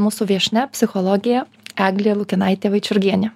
mūsų viešnia psichologė eglė lukinaitė vaičiurgienė